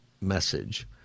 message